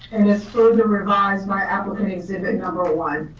and as for the revised by application exhibit number one.